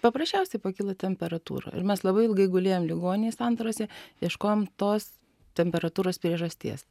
paprasčiausiai pakilo temperatūra ir mes labai ilgai gulėjom ligoninėj santarose ieškojom tos temperatūros priežasties